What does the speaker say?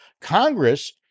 Congress